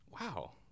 Wow